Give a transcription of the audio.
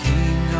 King